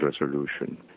resolution